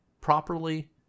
properly